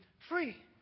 Free